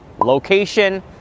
location